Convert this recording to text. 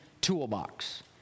toolbox